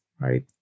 right